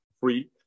free